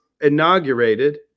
inaugurated